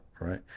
right